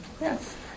Yes